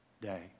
day